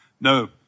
No